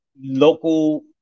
local